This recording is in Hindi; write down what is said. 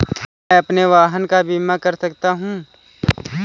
क्या मैं अपने वाहन का बीमा कर सकता हूँ?